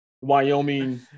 Wyoming